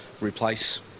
replace